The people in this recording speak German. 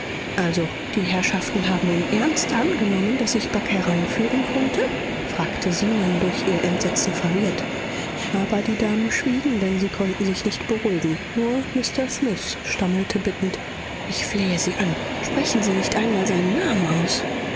also die herrschaften haben im ernst angenommen daß ich bagh hereinführen könnte fragte zenon durch ihr entsetzen verwirrt aber die damen schwiegen denn sie konnten sich nicht beruhigen nur mr smith stammelte bittend ich flehe sie an sprechen sie nicht einmal seinen namen aus